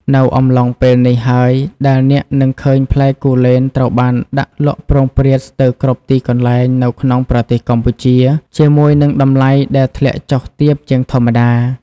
នៅអំឡុងពេលនេះហើយដែលអ្នកនឹងឃើញផ្លែគូលែនត្រូវបានដាក់លក់ព្រោងព្រាតស្ទើរគ្រប់ទីកន្លែងនៅក្នុងប្រទេសកម្ពុជា ជាមួយនឹងតម្លៃដែលធ្លាក់ចុះទាបជាងធម្មតា។